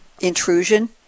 intrusion